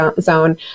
zone